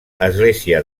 església